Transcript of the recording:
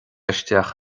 isteach